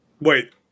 wait